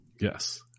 Yes